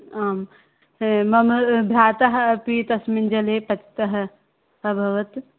आं मम भ्राता अपि तस्मिन् जले पतितः अभवत्